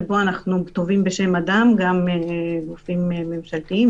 שבו אנחנו תובעים בשם אדם גם גופים ממשלתיים.